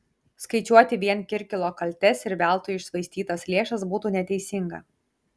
skaičiuoti vien kirkilo kaltes ir veltui iššvaistytas lėšas būtų neteisinga